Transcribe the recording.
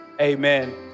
amen